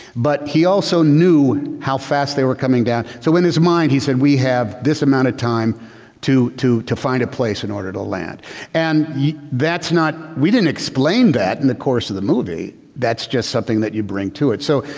but he also knew how fast they were coming down. so, in his mind, he said we have this amount of time to to find a place in order to land and that's not we didn't explain that in the course of the movie. that's just something that you bring to it. so,